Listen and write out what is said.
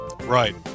Right